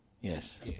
Yes